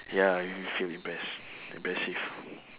ya you feel impress impressive